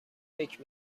فکر